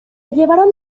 llevaron